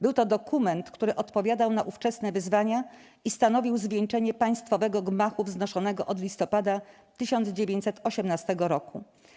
Był to dokument, który odpowiadał na ówczesne wyzwania i stanowił zwieńczenie państwowego gmachu wznoszonego od listopada 1918 roku.